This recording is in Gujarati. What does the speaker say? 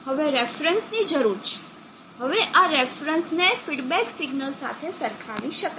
હવે રેફરન્સ ની જરૂર છે હવે આ રેફરન્સ ને ફીડબેક સિગ્નલ સાથે સરખાવી શકાય